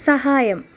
സഹായം